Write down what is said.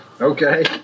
Okay